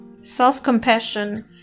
self-compassion